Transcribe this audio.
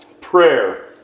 Prayer